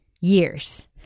years